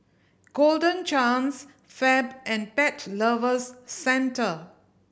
Golden Chance Fab and Pet Lovers Centre